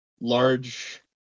large